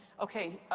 okay,